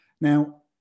Now